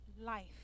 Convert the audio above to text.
life